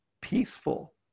peaceful